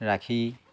ৰাখি